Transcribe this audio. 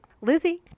Lizzie